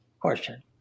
question